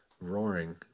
roaring